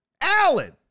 Alan